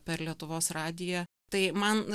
per lietuvos radiją tai man